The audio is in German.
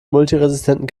multiresistenten